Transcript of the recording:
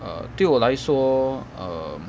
err 对我来说 um